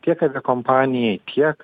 tiek aviakompanijai kiek